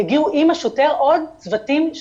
יגיעו עם השוטר עוד צוותים,